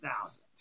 thousand